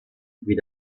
wie